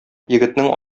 егетнең